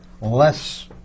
less